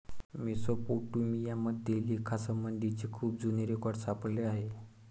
Mesopotamia मध्ये लेखासंबंधीचे खूप जुने रेकॉर्ड सापडले आहेत